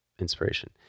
inspiration